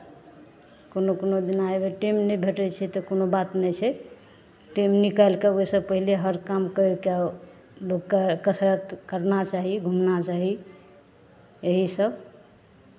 कोनो कोनो दिना एहिमे टाइम नहि भेटै छै तऽ कोनो बात नहि छै टाइम निकालि कऽ ओहिसँ पहिले हर काम करि कऽ लोककेँ कसरत करना चाही घूमना चाही यही सभ